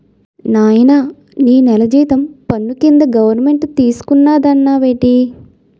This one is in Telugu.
నాయనా నీ నెల జీతం పన్ను కింద గవరమెంటు తీసుకున్నాదన్నావేటి